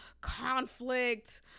conflict